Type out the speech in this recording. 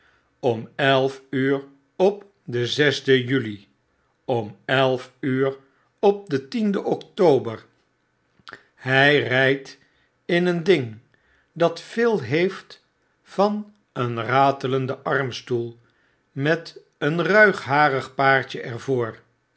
om elf uur op den zesden juli om elf uur op den tienden october hy rijdt in een ding datveel heeft van een ratelenden armstoel met een ruigharig paardje